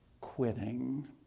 quitting